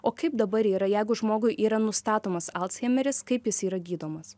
o kaip dabar yra jeigu žmogui yra nustatomas alzheimeris kaip jis yra gydomas